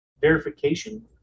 verification